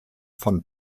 von